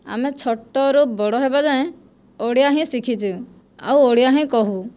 ଆମେ ଛୋଟରୁ ବଡ଼ ହେବା ଯାଏଁ ଓଡ଼ିଆ ହିଁ ଶିଖିଛୁ ଆଉ ଓଡ଼ିଆ ହିଁ କହୁ